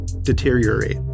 deteriorate